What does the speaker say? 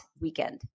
weekend